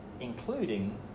including